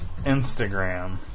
Instagram